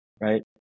right